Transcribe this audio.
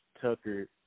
Tucker